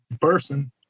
person